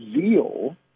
zeal